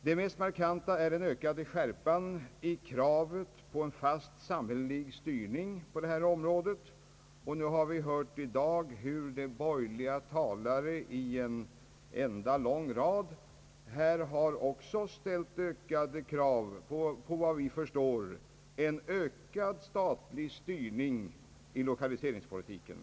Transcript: Det mest markanta är den ökade skärpan i kravet på en fast samhällelig styrning inom detta område, och vi har hört hur även de borgerliga talarna ställt krav på, såvitt jag kan förstå, en ökad statlig styrning av lokaliseringspolitiken.